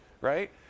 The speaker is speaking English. right